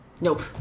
Nope